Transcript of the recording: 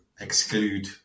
exclude